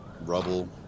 rubble